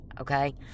Okay